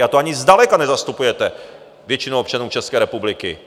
A to ani zdaleka nezastupujete většinu občanů České republiky.